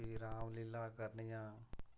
फ्ही राम लीला करनियां